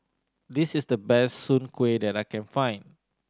this is the best soon kway that I can find